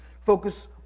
focus